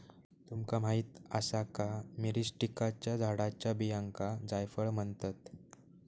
तुमका माहीत आसा का, मिरीस्टिकाच्या झाडाच्या बियांका जायफळ म्हणतत?